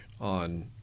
on